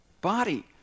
Body